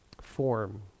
form